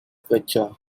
picture